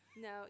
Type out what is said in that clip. No